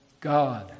God